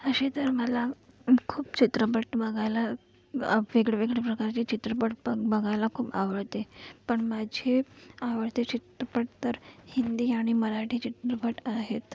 असे तर मला खूप चित्रपट बघायला वेगळेवेगळे प्रकारचे चित्रपट ब बघायला खूप आवडते पण माझे आवडते चित्रपट तर हिंदी आणि मराठी चित्रपट आहेत